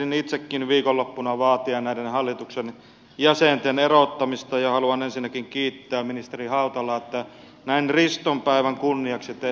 ehdin itsekin viikonloppuna vaatia näiden hallituksen jäsenten erottamista ja haluan ensinnäkin kiittää ministeri hautalaa että näin riston päivän kunniaksi te toteutitte sen